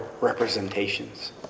representations